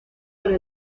para